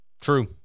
True